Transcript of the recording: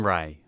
Ray